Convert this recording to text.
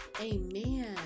Amen